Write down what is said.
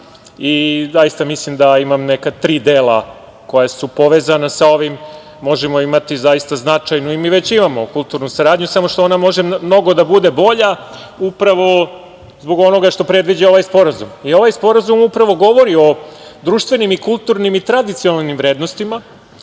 Zaista mislim da imam neka tri dela koja su povezana sa ovim. Možemo imati značajnu i mi već imamo kulturnu saradnju, samo što ona može mnogo da bude bolja upravo zbog onoga što predviđa ovaj Sporazum. Ovaj Sporazum upravo govori o društvenim i kulturnim i tradicionalnim vrednostima,